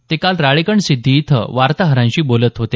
ते काल राळेगणसिद्धी इथं वार्ताहरांशी बोलत होते